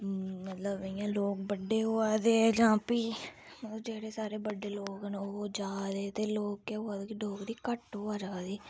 मतलब इ'यां लोक बड्डे होऐ दे जां भी ओह् जेह्ड़े सारे बड्डे लोक न ते ओह् जैदा ओह् केह् होआ दा जे डोगरी घट्ट होआ जादी